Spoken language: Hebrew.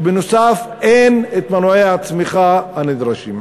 ובנוסף אין מנועי הצמיחה הנדרשים.